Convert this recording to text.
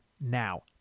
now